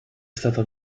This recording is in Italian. stata